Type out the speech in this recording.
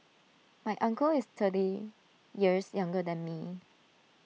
my uncle is thirty years younger than me